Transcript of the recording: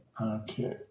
Okay